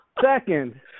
Second